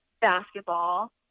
basketball